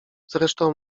zresztą